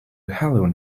halloween